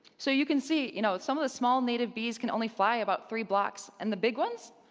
so you can see you know some of the small native bees can only fly about three blocks and the big ones,